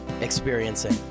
experiencing